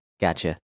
gotcha